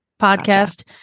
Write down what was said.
podcast